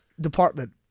department